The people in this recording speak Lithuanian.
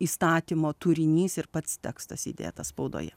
įstatymo turinys ir pats tekstas įdėtas spaudoje